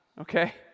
okay